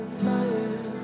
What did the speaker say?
fire